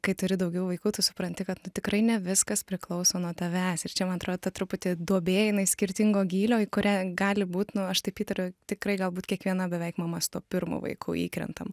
kai turi daugiau vaikų tu supranti kad nu tikrai ne viskas priklauso nuo tavęs ir čia man atrodo ta truputį duobė jinai skirtingo gylio į kurią gali būt nu aš taip įtariu tikrai galbūt kiekviena beveik mama su tuo pirmu vaiku įkrentam